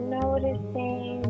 noticing